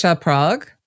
Prague